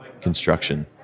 construction